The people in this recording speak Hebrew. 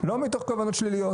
ולא מתוך כוונות שליליות